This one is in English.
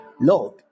Lord